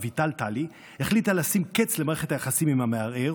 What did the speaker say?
אביטל טלי החליטה לשים קץ למערכת היחסים עם המערער